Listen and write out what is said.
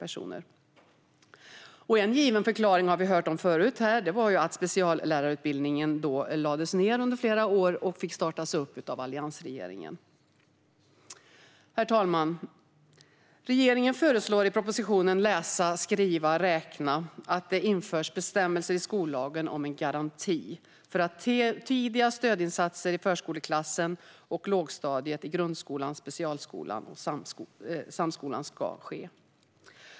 En given förklaring som vi hört om här är att utbildningen till speciallärare var nedlagd under flera år och fick startas upp igen av alliansregeringen. Herr talman! Regeringen föreslår i propositionen Läsa, skriva, räkna att det införs bestämmelser i skollagen om en garanti för tidiga stödinsatser i förskoleklassen och lågstadiet i grundskolan, specialskolan och samskolan.